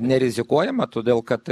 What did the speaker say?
nerizikuojama todėl kad